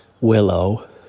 Willow